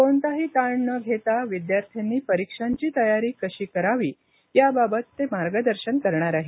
कोणताही ताण न घेता विद्यार्थ्यांनी परीक्षांची तयारी कशी करावी याबाबत ते मार्गदर्शन करणार आहेत